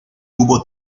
hubo